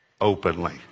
openly